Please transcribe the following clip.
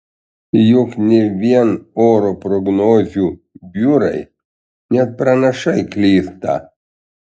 juk ne vien oro prognozių biurai net pranašai klysta